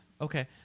Okay